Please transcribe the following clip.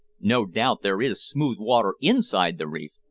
no doubt there is smooth water inside the reef,